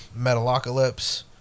Metalocalypse